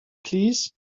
plîs